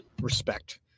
respect